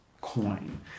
coin